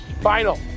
final